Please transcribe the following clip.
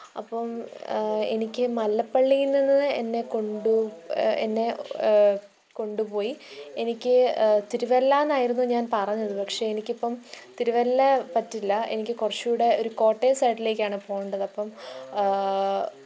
അപ്പം എനിക്ക് മല്ലപ്പള്ളിയിൽ നിന്ന് എന്നെ കൊണ്ടു എന്നെ കൊണ്ടുപോയി എനിക്ക് തിരുവല്ലയെന്നായിരുന്നു ഞാന് പറഞ്ഞത് പക്ഷെ എനിക്കിപ്പം തിരുവല്ല പറ്റില്ല എനിക്ക് കുറച്ചുകൂടെ ഒരു കോട്ടയം സൈഡിലേക്കാണ് പോവേണ്ടത് അപ്പം